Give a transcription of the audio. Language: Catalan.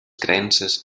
creences